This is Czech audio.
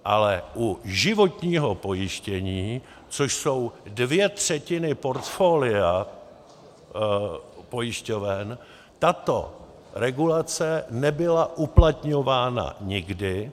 Ale u životního pojištění, což jsou dvě třetiny portfolia pojišťoven, tato regulace nebyla uplatňována nikdy.